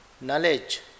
Knowledge